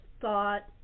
thought